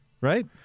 Right